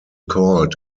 called